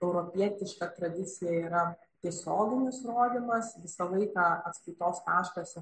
europietiška tradicija yra tiesioginis rodymas visą laiką atskaitos taškas